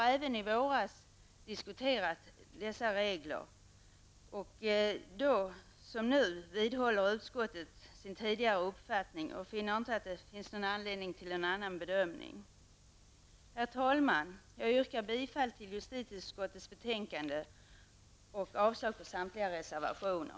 Riksdagen diskuterade även i våras dessa regler. Då som nu vidhåller utskottet sin tidigare uppfattning och finner inte att det finns någon anledning till en annan bedömning. Herr talman! Jag yrkar bifall till hemställan i justitieutskottets betänkande och avslag på samtliga reservationer.